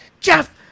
Jeff